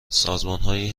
سازمانهایی